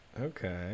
Okay